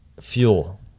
fuel